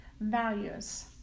Values